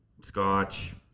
scotch